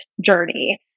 journey